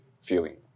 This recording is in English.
feeling